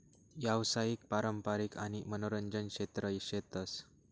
यावसायिक, पारंपारिक आणि मनोरंजन क्षेत्र शेतस